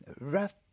rough